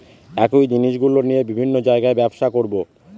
একই জিনিসগুলো নিয়ে বিভিন্ন জায়গায় ব্যবসা করবো